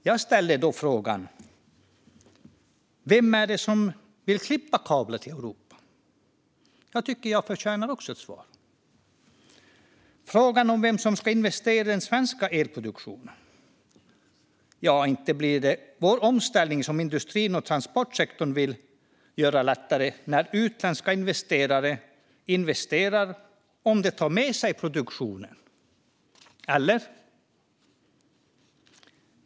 Jag ställer då frågan: Vem är det som vill klippa kablar till Europa? Jag tycker att jag också förtjänar ett svar. Frågan var vem som ska investera i den svenska elproduktionen. Ja, inte blir det vår omställning som industrin och transportsektorn vill göra lättare när utländska investerare investerar om de tar med sig produktionen. Eller hur blir det?